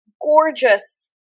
gorgeous